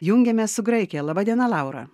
jungiamės su graikija laba diena laura